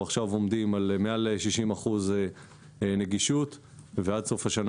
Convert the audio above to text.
אנחנו עכשיו עומדים על מעל 60% נגישות ועד סוף השנה